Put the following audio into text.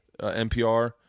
npr